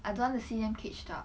I don't want to see them caged up